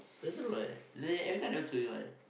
does it look like they every time never jio you one eh